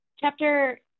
Chapter